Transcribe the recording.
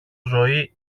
ζωή